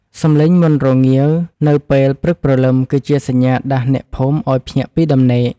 សំឡេងមាន់រងាវនៅពេលព្រឹកព្រលឹម គឺជាសញ្ញាដាស់អ្នកភូមិឱ្យភ្ញាក់ពីដំណេក។